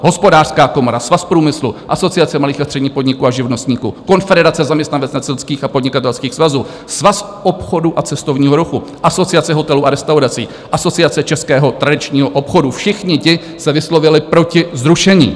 Hospodářská komora, Svaz průmyslu, Asociace malých a středních podniků a živnostníků, Konfederace zaměstnavatelských a podnikatelských svazů, Svaz obchodu a cestovního ruchu, Asociace hotelů a restaurací, Asociace českého tradičního obchodu, všichni ti se vyslovili proti zrušení.